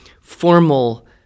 formal